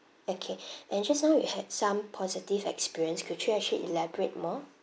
okay and just now you had some positive experience could you actually elaborate more